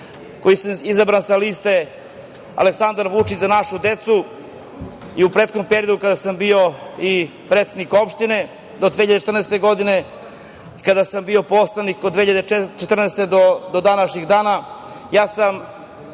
koji sam izabran sa liste Aleksandar Vučić – Za našu decu i u prethodnom periodu kada sam bio i predsednik opštine, do 2014. godine, kada sam bio poslanik od 2014. godine do današnjeg dana,